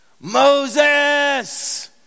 Moses